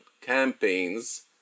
campaigns